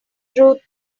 through